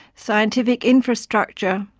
scientific infrastructure,